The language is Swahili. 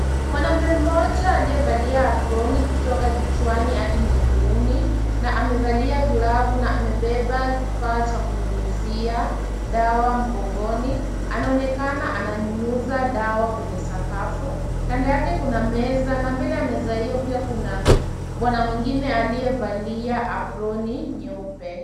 Mwanaume mmoja aliyevalia aproni kutoka kichwani hadi miguuni na amevalia glavu na amebeba kifaa cha kunyunyizia dawa mgongoni. Anaonekana ananyunyuza dawa kwenye sakafu. Mbele yake kuna meza na pia m,bele ya meza hiyo kuna bwana mwingine aliyevalia aproni nyeupe.